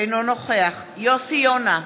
אינו נוכח יוסי יונה,